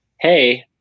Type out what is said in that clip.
hey